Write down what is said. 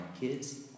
kids